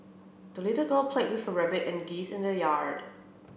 the little girl played with her rabbit and geese in the yard